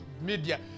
media